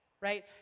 right